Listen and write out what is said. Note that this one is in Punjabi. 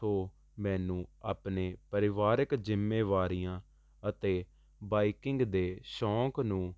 ਸੋ ਮੈਨੂੰ ਆਪਨੇ ਪਰਿਵਾਰਿਕ ਜ਼ਿੰਮੇਵਾਰੀਆਂ ਅਤੇ ਬਾਈਕਿੰਗ ਦੇ ਸ਼ੌਂਕ ਨੂੰ